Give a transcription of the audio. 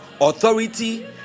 authority